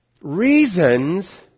Reasons